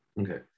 Okay